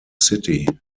city